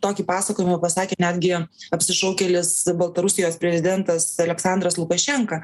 tokį pasakojimą pasakė netgi apsišaukėlis baltarusijos prezidentas aleksandras lukašenka